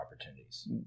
opportunities